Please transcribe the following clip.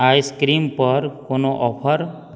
ice cream पर कोनो offer